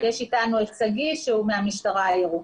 נמצא אתנו שגיא שהוא מהמשטרה הירוקה.